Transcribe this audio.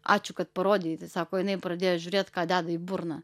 ačiū kad parodei sako jinai pradėjo žiūrėt ką deda į burną